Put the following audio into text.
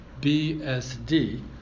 BSD